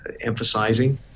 emphasizing